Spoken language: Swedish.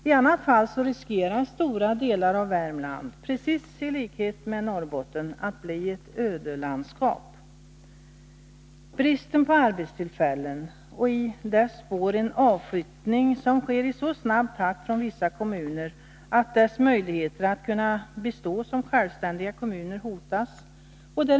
I annat fall riskerar stora delar av Värmland — precis i likhet med Norrbotten — att bli ett ödelandskap. Bristen på arbetstillfällen är stor. I dess spår följer en avflyttning som från vissa kommuner sker i så snabb takt att deras möjligheter att bestå som självständiga kommuner hotas.